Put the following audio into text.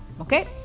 Okay